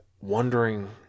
wondering